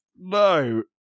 No